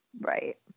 Right